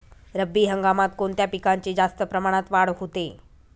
रब्बी हंगामात कोणत्या पिकांची जास्त प्रमाणात वाढ होते?